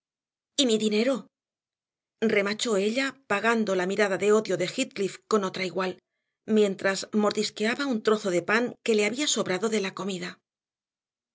tú y mi dinero remachó ella pagando la mirada de odio de heathcliff con otra igual mientras mordisqueaba un trozo de pan que le había sobrado de la comida